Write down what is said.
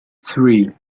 three